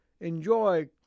Enjoy